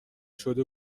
شده